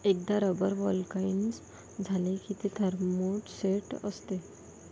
एकदा rubber vulcanise झाले की ते थर्मोसेट असते